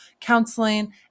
counseling